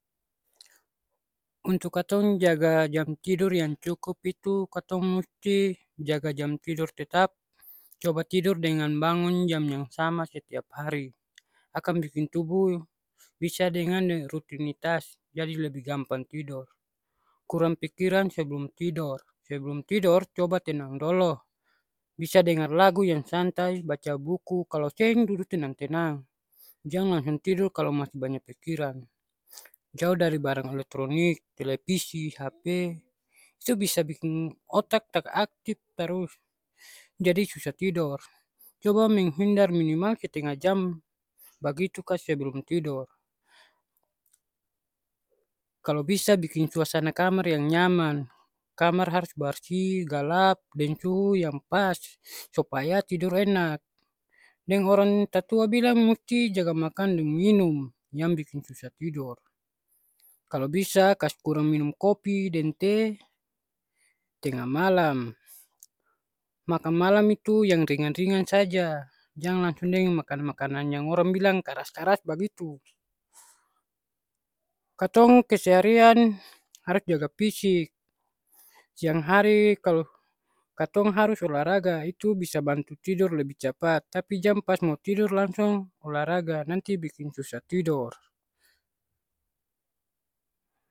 Untuk katong jaga jam tidur yang cukup itu katong musti jaga jam tidor tetap, coba tidur dengan bangun jam yang sama setiap hari. Akang biking tubuh bisa dengan rutinitas, jadi lebih gampang tidor. Kurang pikiran sebelum tidor, sebelum tidor, coba tenang dolo. Bisa dengar lagu yang santai, baca buku, kalo seng dudu tenang-tenang. Jang langsung tidor kalo masih banya pikiran. Jauh dari barang elektronik, telepisi, hp, itu bisa biking otak tak aktip tarus. Jadi susah tidor. Coba menghindar minimal setengah jam bagitu ka sebelum tidor. Kalo bisa biking suasana kamar yang nyaman. Kamar harus barsi, galap, deng suhu yang pas. Supaya tidur enak. Deng orang tatua bilang musti jaga makan deng minum. Jang biking susah tidor. Kalo bisa kas kurang minum kopi deng teh tengah malam. Makang malam itu yang ringan-ringan saja. Jang langsung deng makanang-makanang yang orang bilang karas-karas bagitu. Katong keseharian harus jaga pisik. Siang hari kalo katong harus olahraga. Itu bisa bantu tidor lebi capat. Tapi jang pas mo tidor langsung olahraga, nanti biking susah tidor.